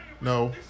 No